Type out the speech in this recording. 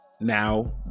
now